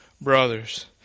brothers